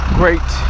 great